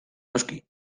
noski